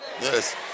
Yes